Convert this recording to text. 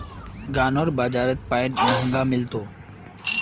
गांउर बाजारत पाईप महंगाये मिल तोक